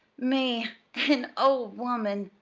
me an old woman!